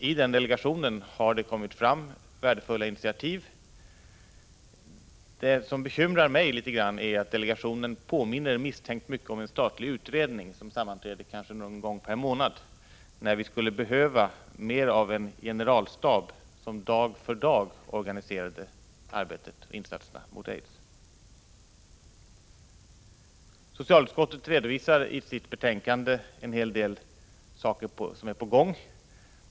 I den delegationen har värdefulla initiativ tagits. Det som bekymrar mig något är emellertid att delegationen misstänkt mycket påminner om en statlig utredning som sammanträder kanske någon gång per månad, när vi skulle behöva mer av en generalstab som dag för dag organiserade arbetet och insatserna mot aids. Socialutskottet redovisar i sitt betänkande en hel del åtgärder som pågår.